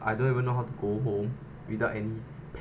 I don't even know how to go home without any